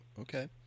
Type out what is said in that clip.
Okay